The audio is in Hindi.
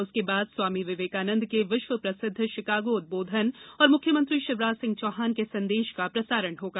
उसके बाद स्वामी विवेकानन्द जी के विश्व प्रसिद्ध शिकागो उदबोधन एवं मुख्यमंत्री श्री शिवराज सिंह चौहान के संदेश का प्रसारण होगा